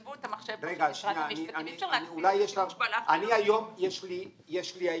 גנבו את המחשב --- אני היום יש לי IP,